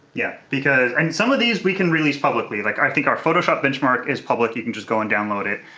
yeah, because. and some of these we can release publicly. like i think our photoshop benchmark is public, you can just go and download it.